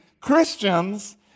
Christians